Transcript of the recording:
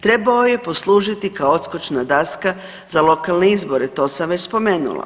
Trebao je poslužiti kao odskočna daska za lokalne izbore, to sam već spomenula.